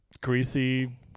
Greasy